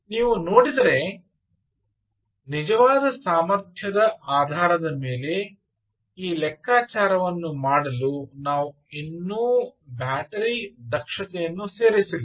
ನೀವು ನೋಡಿದರೆ ನಿಜವಾದ ಸಾಮರ್ಥ್ಯದ ಆಧಾರದ ಮೇಲೆ ಈ ಲೆಕ್ಕಾಚಾರವನ್ನು ಮಾಡಲು ನಾವು ಇನ್ನೂ ಬ್ಯಾಟರಿ ದಕ್ಷತೆಯನ್ನು ಸೇರಿಸಿಲ್ಲ